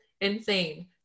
insane